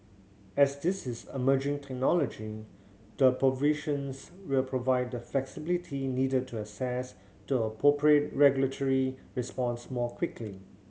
as this is emerging technology the provisions will provide the flexibility needed to assess the appropriate regulatory response more quickly